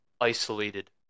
isolated